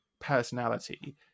personality